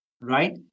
right